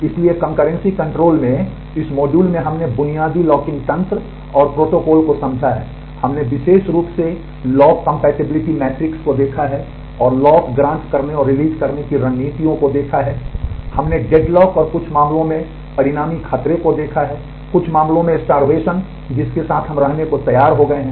इसलिए concurrency control पर इस मॉड्यूल में हमने बुनियादी लॉकिंग तंत्र और प्रोटोकॉल को समझा है हमने विशेष रूप से लॉक कम्पैटिबिलिटी मैट्रिक्स को देखा है और लॉक ग्रांट करने और रिलीज़ करने की रणनीतियों को देखा है हमने डेडलॉक जिसके साथ हम रहने को तैयार हो गए हैं